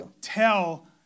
Tell